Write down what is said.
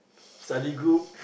study group